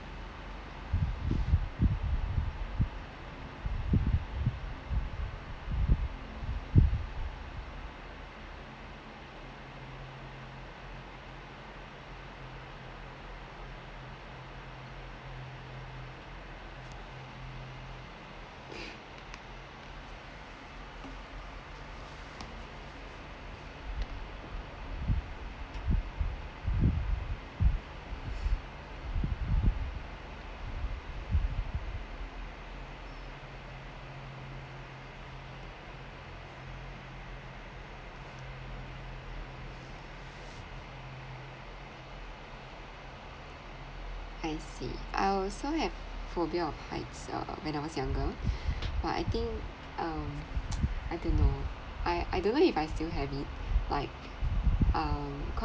I see I also have phobia of heights uh when I was younger but I think um I don't know I I don't know if I still have it like um